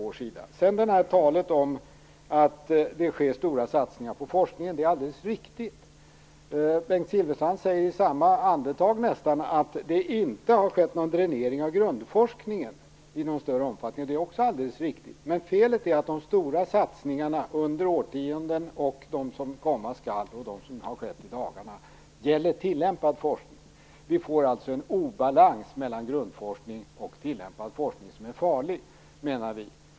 Här har det talats om att det sker stora satsningar på forskningen. Det är alldeles riktigt. Bengt Silfverstrand sade i nästan samma andetag att det inte har gjorts någon större dränering av grundforskningen. Det är också alldeles riktigt. Men felet är att de stora satsningar som har skett nu i dagarna och de som komma skall gäller tillämpad forskning.